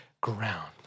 ground